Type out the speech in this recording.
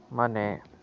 ಮನೆ